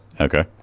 Okay